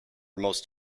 most